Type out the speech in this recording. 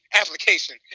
application